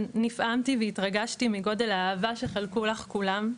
נפעמתי והתרגשתי מגודל האהבה שחלקו לך כולם,